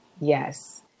Yes